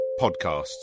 podcasts